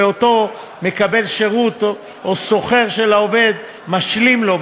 ואותו מקבל שירות או שוכר של העובד משלים לו,